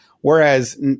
Whereas